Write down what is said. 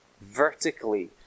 vertically